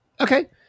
Okay